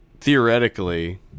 theoretically